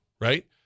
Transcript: right